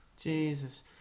Jesus